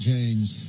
James